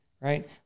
right